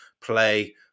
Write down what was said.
play